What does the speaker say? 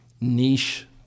niche